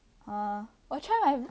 uh 我 try my